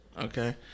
Okay